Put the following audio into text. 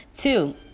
Two